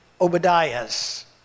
Obadiah's